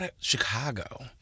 Chicago